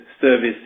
service